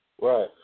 Right